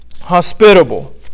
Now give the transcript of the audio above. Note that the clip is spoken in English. hospitable